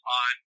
on